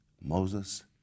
Moses